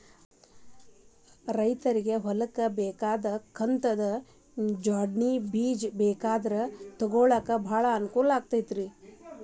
ರೈತ್ರಗೆ ಹೊಲ್ಕ ಬೇಕಾದ ಕಂತದ ಜ್ವಾಡ್ಣಿ ಬೇಜ ಗೊಬ್ರಾ ತೊಗೊಳಾಕ ಬಾಳ ಅನಕೂಲ ಅಕೈತಿ